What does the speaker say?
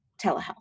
telehealth